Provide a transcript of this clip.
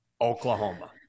Oklahoma